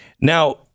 Now